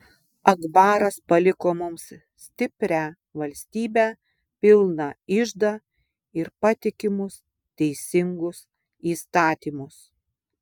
akbaras paliko mums stiprią valstybę pilną iždą ir patikimus teisingus įstatymus